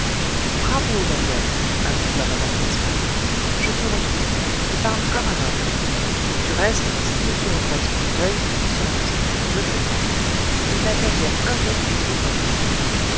bravo lalouette approuva mme gaspard je te retrouve tu parles comme un homme du reste si monsieur regrette son fauteuil il sera toujours temps de le lui rendre il n'a qu'à dire un mot et il est à lui